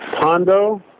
Pondo